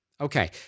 Okay